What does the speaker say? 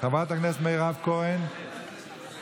חברת הכנסת מירב כהן איננה.